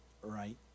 right